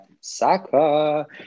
Saka